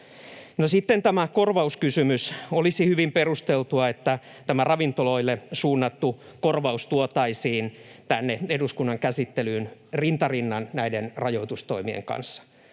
sitten tämä korvauskysymys. Olisi hyvin perusteltua, että tämä ravintoloille suunnattu korvaus tuotaisiin tänne eduskunnan käsittelyyn rinta rinnan näiden rajoitustoimien kanssa.